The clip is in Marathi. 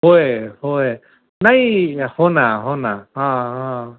होय होय नाही हो ना हो ना हां हां